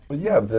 yeah,